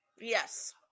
Yes